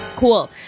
Cool